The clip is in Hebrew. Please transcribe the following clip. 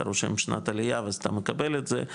אתה רושם שנת עלייה ואתה מקבל את זה,